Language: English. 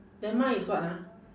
then mine is what ah